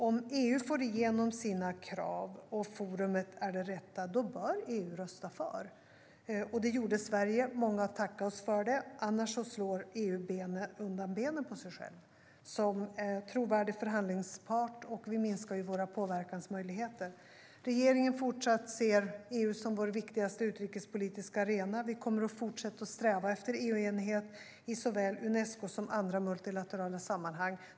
Om EU får igenom sina krav och forumet är det rätta bör EU rösta för - det gjorde Sverige, och många har tackat oss för det - annars slår EU undan benen på sig själv som trovärdig förhandlingspart och minskar sina påverkansmöjligheter. Regeringen ser fortsatt EU som vår viktigaste utrikespolitiska arena. Vi kommer att fortsätta sträva efter EU-enighet i såväl Unesco som andra multilaterala sammanhang.